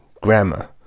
grammar